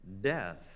death